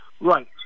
Right